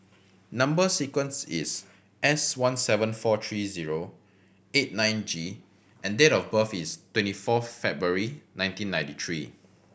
number sequence is S one seven four three zero eight nine G and date of birth is twenty four February nineteen ninety three